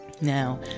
Now